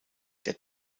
der